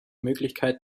möglichkeit